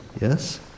Yes